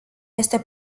este